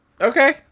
Okay